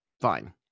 Fine